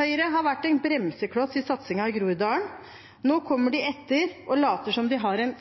Høyre har vært en bremsekloss i satsingen i Groruddalen. Nå kommer de etter og later som om de har en